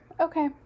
Okay